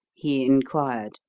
he inquired.